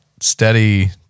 steady